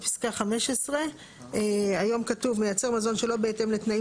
בפסקה 15. היום כתוב "מייצר מזון שלא בהתאם לתנאים